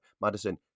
Madison